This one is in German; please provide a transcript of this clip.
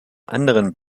anderen